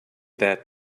that